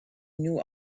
knew